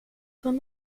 schon